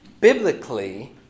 biblically